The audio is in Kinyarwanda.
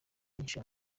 nyinshi